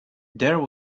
there